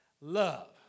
love